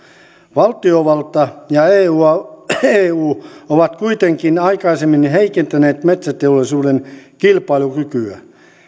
valtiovalta ja eu eu ovat kuitenkin aikaisemmin heikentäneet metsäteollisuuden kilpailukykyä